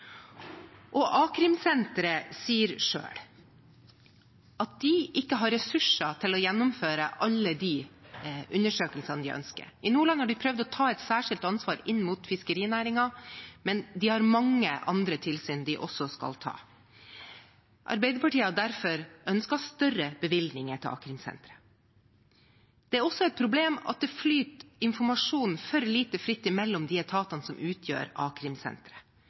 sier selv at de ikke har ressurser til å gjennomføre alle de undersøkelsene de ønsker. I Nordland har de prøvd å ta et særskilt ansvar inn mot fiskerinæringen, men de har mange andre tilsyn de også skal ta. Arbeiderpartiet har derfor ønsket større bevilgninger til a-krimsentrene. Det er også et problem at informasjon flyter for lite fritt mellom de etatene som utgjør